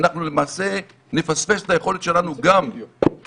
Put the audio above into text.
למעשה נפספס את היכולת שלנו גם לייצר